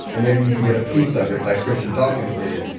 and maybe you can get a piece of it like christian dawkins did.